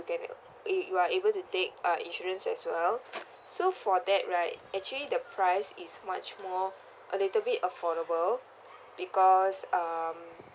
get a you are able to take uh insurance as well so for that right actually the price is much more a little bit affordable because um